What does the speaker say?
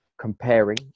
comparing